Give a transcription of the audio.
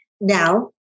Now